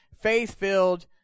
faith-filled